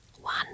one